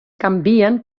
canvien